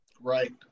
right